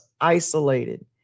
isolated